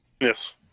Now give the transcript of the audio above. yes